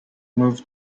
moved